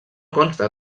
consta